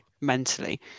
mentally